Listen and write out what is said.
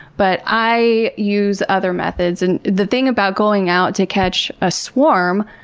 but, i use other methods. and the thing about going out to catch a swarm,